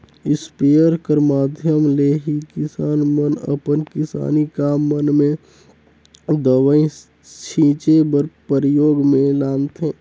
sprayer कर माध्यम ले ही किसान मन अपन किसानी काम मन मे दवई छीचे बर परियोग मे लानथे